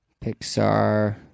Pixar